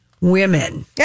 women